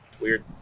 Weird